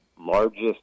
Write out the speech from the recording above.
largest